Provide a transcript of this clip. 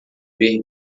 ver